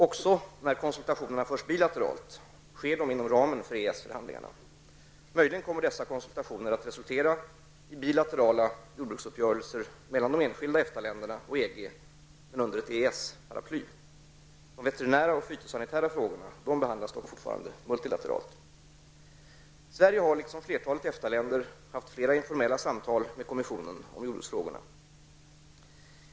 Också när konsultationerna förs bilateralt sker de inom ramen för EES-förhandlingarna. Möjligen kommer dessa konsultationer att resultera i bilaterala jordbruksuppgörelser mellan de enskilda EFTA länderna och EG, men under ett EES-paraply. De veterinära och fytosanitära frågorna behandlas dock fortfarande multilateralt. Sverige har liksom flertalet EFTA-länder haft flera informella samtal med kommissionen om jordbruksfrågorna.